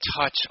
touch